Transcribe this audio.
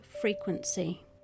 frequency